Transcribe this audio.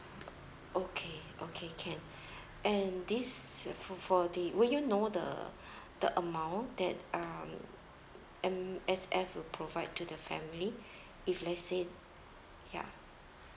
okay okay can and this f~ for the would you know the the amount that um M_S_F will provide to the family if let's say ya